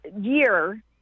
year –